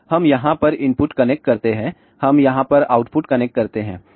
तो हम यहाँ पर इनपुट कनेक्ट करते हैं हम यहाँ पर आउटपुट कनेक्ट करते हैं